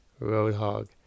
Roadhog